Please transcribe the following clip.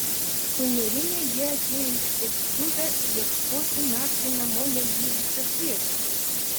sunerimę jie atėjo į spaustuvę ieškoti naktį namo negrįžusio tėvo